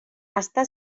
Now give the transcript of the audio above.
està